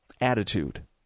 attitude